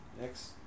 next